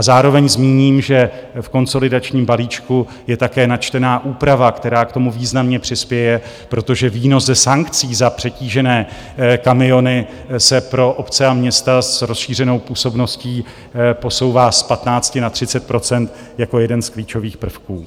Zároveň zmíním, že v konsolidačním balíčku je také načtena úprava, která k tomu významně přispěje, protože výnos ze sankcí za přetížené kamiony se pro obce a města s rozšířenou působností posouvá z 15 na 30 % jako jeden z klíčových prvků.